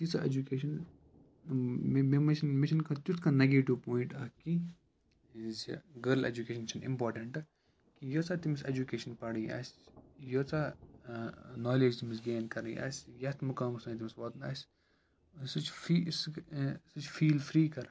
تیٖژاہ اٮ۪جُکیشَن مےٚ مےٚ منٛز چھِنہٕ مےٚ چھِنہٕ کانٛہہ تیُتھ کانٛہہ نَگیٹِو پویِنٛٹ اَکھ کیٚنٛہہ زِ گٔرل اٮ۪جوکیشَن چھِنہٕ اِمپاٹَنٹ کہِ ییٖژاہ تٔمِس اٮ۪جُکیشَن پَرٕنۍ آسہِ ییٖژاہ نالیج تٔمِس گین کَرٕنۍ آسہِ یَتھ مُقامَس تانۍ تٔمِس واتُن آسہِ سُہ چھُ فی سُہ سُہ چھِ فیٖل فِرٛی کَرا